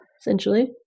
Essentially